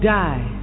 die